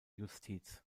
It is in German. justiz